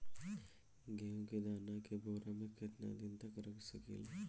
गेहूं के दाना के बोरा में केतना दिन तक रख सकिले?